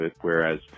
whereas